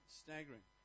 staggering